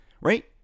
Right